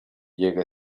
llega